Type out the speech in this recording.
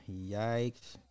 Yikes